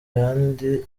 ayandi